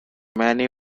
many